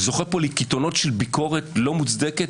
זוכה כאן לקיתונות של ביקורת לא מוצדקת,